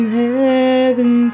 heaven